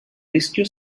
rischio